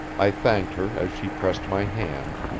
i thanked her as she pressed my hand,